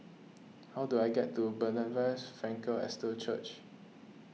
how do I get to Bethesda Frankel Estate Church